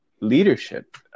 leadership